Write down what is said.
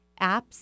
apps